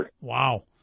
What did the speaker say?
Wow